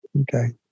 Okay